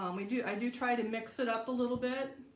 um we do i do try to mix it up a little bit